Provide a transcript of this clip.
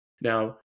now